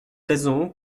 raison